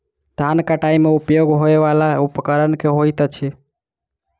धान कटाई मे उपयोग होयवला उपकरण केँ होइत अछि?